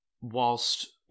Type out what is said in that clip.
whilst